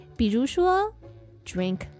比如说,drink